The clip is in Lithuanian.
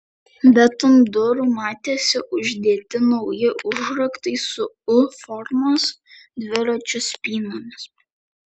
bet ant durų matėsi uždėti nauji užraktai su u formos dviračių spynomis